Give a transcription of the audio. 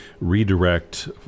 redirect